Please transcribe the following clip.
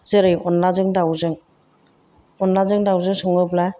जेरै अनद्लाजों दाउजों अनद्लाजों दाउजों सङोब्ला